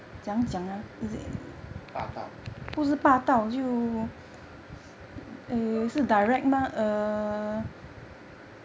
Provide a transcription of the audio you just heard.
霸道